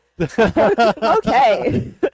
Okay